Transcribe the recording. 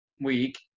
week